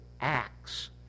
acts